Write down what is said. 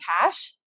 cash